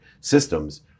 systems